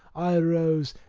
i rose,